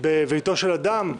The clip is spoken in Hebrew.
בביתו של אדם,